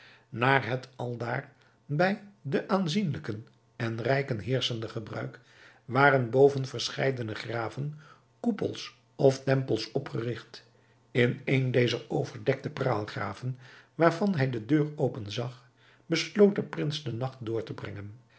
naar het aldaar bij de aanzienlijken en rijken heerschende gebruik waren boven verscheidene graven koepels of tempels opgerigt in een dezer overdekte praalgraven waarvan hij de deur open zag besloot de prins den nacht door te brengen